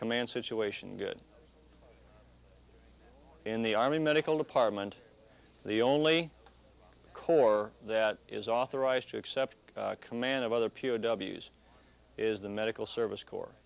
command situation good in the army medical department the only corps that is authorized to accept command of other p o w s is the medical service cor